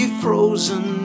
frozen